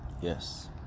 Yes